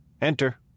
Enter